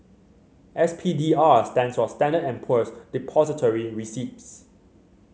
S P D R stands for Standard and Poor's Depository Receipts